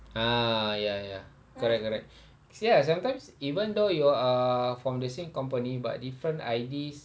ah ya ya correct correct see ya sometimes even though you are from the same company but different I_Ds